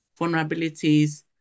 vulnerabilities